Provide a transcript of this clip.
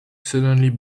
suddenly